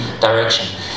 direction